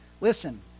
Listen